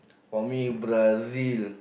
for me Brazil